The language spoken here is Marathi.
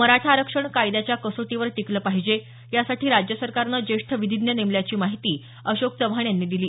मराठा आरक्षण कायद्याच्या कसोटीवर टिकलं पाहिजे यासाठी राज्य सरकारनं ज्येष्ठ विधिज्ञ नेमल्याची माहिती अशोक चव्हाण यांनी दिली